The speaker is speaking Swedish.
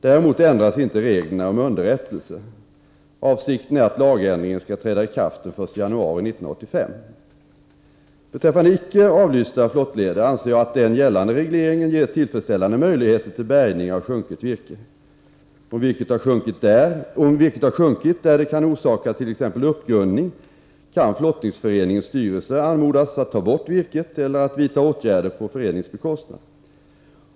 Däremot ändras inte reglerna om underrättelse. Avsikten är att lagändringen skall träda i kraft den 1 januari 1985. Beträffande icke avlysta flottleder anser jag att den gällande regleringen gertillfredsställande möjligheter till bärgning av sjunket virke. Om virket har sjunkit där det kan orsaka t.ex. uppgrundning, kan flottningsföreningens styrelse anmodas att ta bort virket eller att vidta åtgärder på föreningens bekostnad.